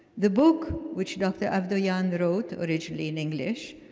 the book, which dr. avdoyan wrote, originally in english,